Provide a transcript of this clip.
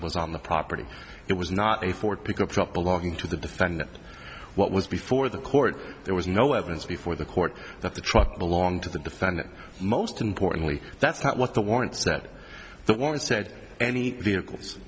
was on the property it was not a ford pickup truck belonging to the defendant what was before the court there was no evidence before the court that the truck belonged to the defendant most importantly that's not what the warrants that the woman said any vehicles